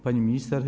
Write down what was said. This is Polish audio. Pani Minister!